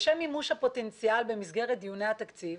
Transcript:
לשם מימוש הפוטנציאל במסגרת דיוני התקציב,